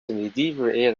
medieval